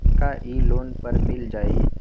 का इ लोन पर मिल जाइ?